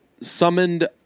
summoned